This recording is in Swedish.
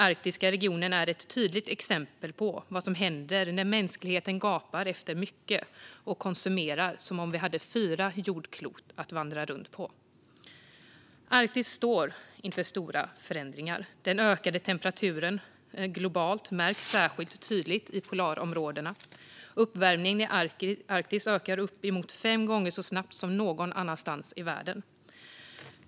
Arktiska regionen är ett tydligt exempel på vad som händer när mänskligheten gapar efter mycket och konsumerar som om man hade fyra jordklot att vandra runt på. Arktis står inför stora förändringar. Den ökade temperaturen globalt märks särskilt tydligt i polarområdena. Uppvärmningen i Arktis ökar upp emot fem gånger så snabbt som någon annanstans i världen.